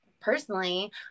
personally